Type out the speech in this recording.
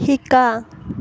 শিকা